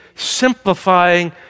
simplifying